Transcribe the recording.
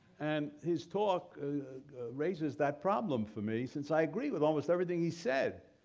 and his talk raises that problem for me since i agree with almost everything he said.